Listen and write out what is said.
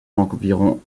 environ